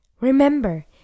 Remember